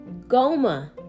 Goma